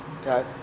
Okay